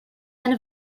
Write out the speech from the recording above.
and